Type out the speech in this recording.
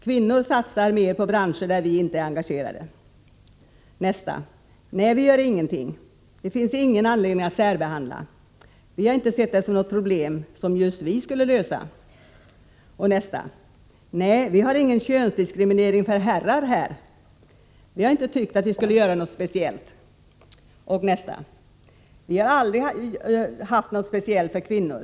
Kvinnor satsar mer på branscher där vi inte är engagerade.” ”Nej, vi gör ingenting. Det finns ingen anledning att särbehandla. Vi har inte sett det som något problem som just vi skulle lösa.” ”Nej, vi har ingen könsdiskriminering för herrar här! Vi har inte tyckt att vi skulle göra något speciellt.” ”Vi har aldrig haft något speciellt för kvinnor.